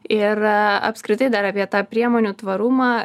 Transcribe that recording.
ir apskritai dar apie tą priemonių tvarumą